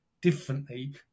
differently